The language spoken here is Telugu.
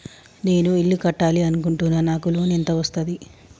నేను ఇల్లు కట్టాలి అనుకుంటున్నా? నాకు లోన్ ఎంత వస్తది?